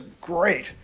great